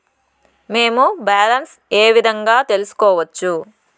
మేము బ్యాలెన్స్ ఏ విధంగా తెలుసుకోవచ్చు?